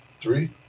Three